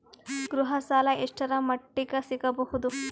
ಗೃಹ ಸಾಲ ಎಷ್ಟರ ಮಟ್ಟಿಗ ಸಿಗಬಹುದು?